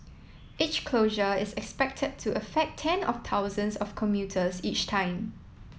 each closure is expected to affect ten of thousands of commuters each time